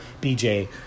BJ